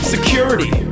Security